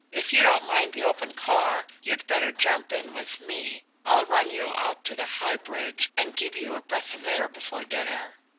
if you don't mind the open car, you'd better jump in with me. i'll run you out to the high bridge and give you a breath of air before dinner.